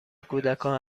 کودکان